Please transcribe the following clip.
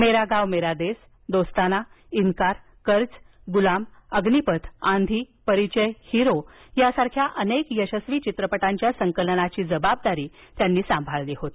मेरा गाव मेरा देस दोस्ताना इन्कार कर्ज गुलाम अग्निपथ आंधी परिचय हिरो यासारख्या अनेक यशस्वी चित्रपटाच्या संकलनाची जबाबदारी त्यांनी सांभाळली होती